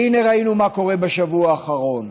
והינה ראינו מה קורה בשבוע האחרון.